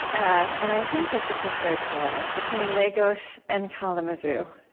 and i think this this is very poetic between lagos and kalamazoo.